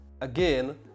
Again